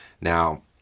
Now